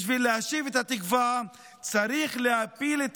בשביל להשיב את התקווה צריך להפיל את